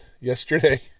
Yesterday